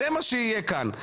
זה מה שיהיה כאן.